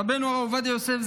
רבנו הרב עובדיה יוסף,